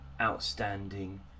outstanding